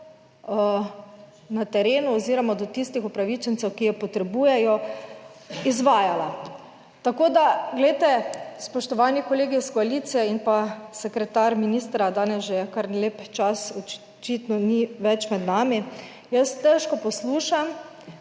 na terenu oziroma do tistih upravičencev, ki jo potrebujejo. izvajala. Tako, da glejte, spoštovani kolegi iz koalicije in pa sekretar, ministra danes že kar lep čas očitno ni več med nami, jaz težko poslušam,